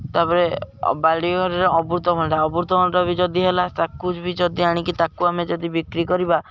ତା'ପରେ ବାଡ଼ିଘରରେ ଅମୃତଭଣ୍ଡା ଅମୃତଭଣ୍ଡା ବି ଯଦି ହେଲା ତାକୁ ବି ଯଦି ଆଣିକି ତାକୁ ଆମେ ଯଦି ବିକ୍ରି କରିବା